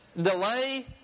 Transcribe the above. delay